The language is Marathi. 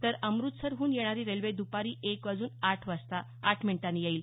तर अमृतसर हून येणारी रेल्वे दपारी एक वाजून आठ मिनीटांनी येईल